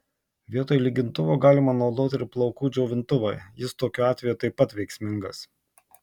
vietoj lygintuvo galima naudoti ir plaukų džiovintuvą jis tokiu atveju taip pat veiksmingas